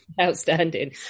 outstanding